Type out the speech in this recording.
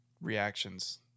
reactions